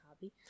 hobby